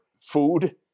food